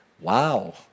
wow